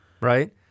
right